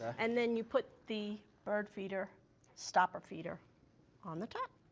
and then you put the bird feeder stopper feeder on the top.